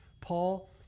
Paul